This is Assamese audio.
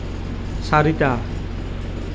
চাৰিটা